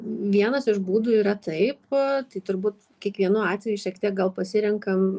vienas iš būdų yra taip tai turbūt kiekvienu atveju šiek tiek gal pasirenkam